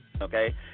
Okay